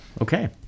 okay